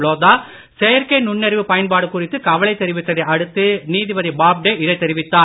லோதா செயற்கை நுண்ணறிவு பயன்பாடு குறித்து கவலை தெரிவித்ததை அடுத்து நீதிபதி பாப்டே இதைத் தெரிவித்தார்